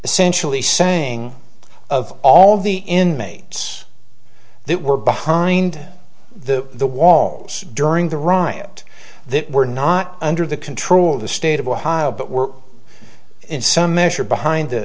essentially saying of all the inmates that were behind the walls during the riot they were not under the control of the state of ohio but were in some measure behind